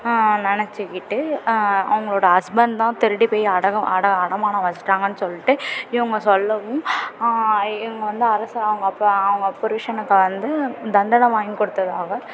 நினச்சிக்கிட்டு அவங்களோட ஹஸ்பண்ட் தான் திருடி போய் அடகு அட அடமானம் வச்சுட்டாங்கனு சொல்லிட்டு இவங்க சொல்லவும் இவங்க வந்து அரசர் அவங்க அப்போ அவங்க புருசனுக்கு வந்து தண்டனை வாங்கி கொடுத்ததாக